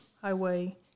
highway